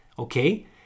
Okay